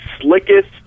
slickest